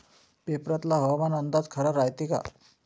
पेपरातला हवामान अंदाज खरा रायते का?